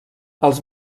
els